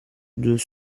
deux